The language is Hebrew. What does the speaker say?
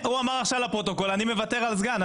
הוא אומר לך שהוא מוותר על סגן.